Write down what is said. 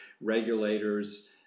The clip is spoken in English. regulators